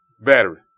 battery